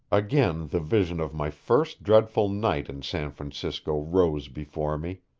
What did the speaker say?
again the vision of my first dreadful night in san francisco rose before me,